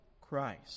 Christ